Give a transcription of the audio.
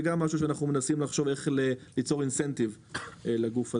גם בזה אנחנו מנסים לחשוב איך ליצור אינסנטיב לגוף הזה.